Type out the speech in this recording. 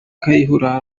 kayihura